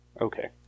Okay